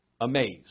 amazed